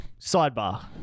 Sidebar